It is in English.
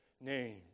name